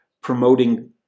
promoting